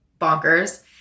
bonkers